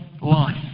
life